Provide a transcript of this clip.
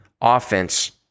offense